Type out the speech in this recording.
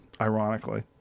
ironically